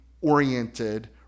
oriented